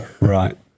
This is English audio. Right